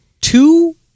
two